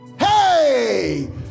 hey